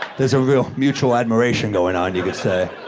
there's a real mutual admiration going on, you could say.